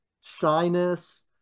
shyness